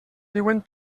diuen